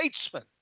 statesmen